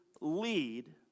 lead